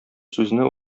сүзне